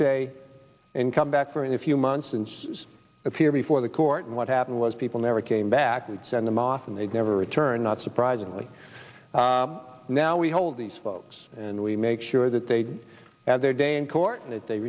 and come back for a few months and appear before the court and what happened was people never came back we'd send them off and they'd never return not surprisingly now we hold these folks and we make sure that they have their day in court and that they